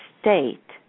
state